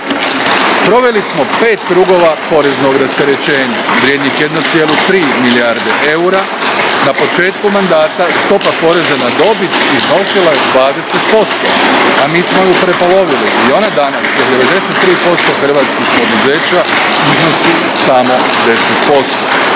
Proveli smo pet krugova poreznog rasterećenja vrijednih 1,3 milijarde eura, na početku mandata stopa poreza na dobit iznosila je 20%, a mi smo ju prepolovili i onda danas s 93% hrvatskih poduzeća iznosi samo 10%.